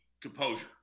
composure